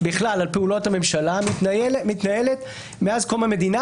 בכלל על פעולות הממשלה מתנהלת מאז קום המדינה,